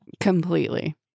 Completely